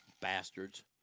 Bastards